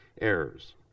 errors